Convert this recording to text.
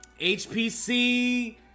HPC